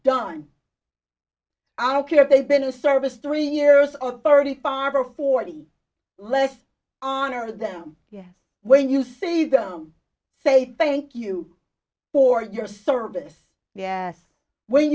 done i don't care if they've been a service three years of thirty five or forty less honor them yes when you see them say thank you for your service yass when